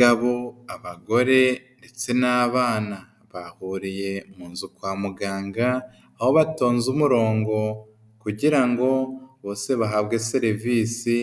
Agabo, abagore, ndetse n'abana, bahuriye mu nzu kwa muganga, aho batonze umurongo kugira ngo bose bahabwe serivisi